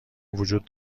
وجود